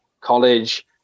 college